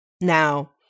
Now